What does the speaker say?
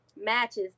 matches